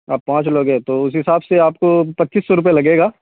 آپ پانچ لوگ ہے تو اسی حساب سے آپ کو پچیس سو روپئے لگے گا